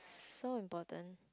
so important